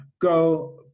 go